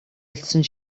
элсэн